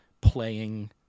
playing